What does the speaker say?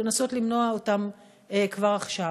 ולנסות למנוע אותם כבר עכשיו.